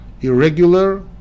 irregular